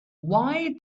why